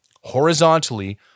horizontally